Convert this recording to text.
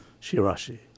shirashi